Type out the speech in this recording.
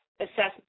assessment